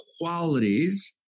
qualities